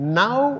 now